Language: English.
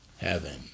heaven